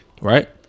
right